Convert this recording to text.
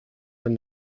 from